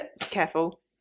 Careful